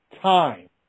time